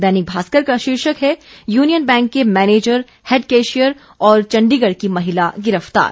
दैनिक भास्कर का शीर्षक है यूनियन बैंक के मैनेजर हेड कैशियर और चंडीगढ़ की महिला गिरफ्तार